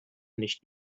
nicht